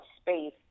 space